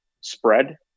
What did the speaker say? spread